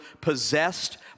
possessed